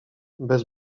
bez